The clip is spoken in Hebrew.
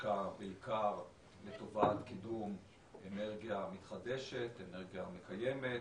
יושקע לטובת קידום אנרגיה מתחדשת, אנרגיה מקיימת,